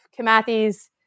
Kamathi's